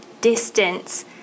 distance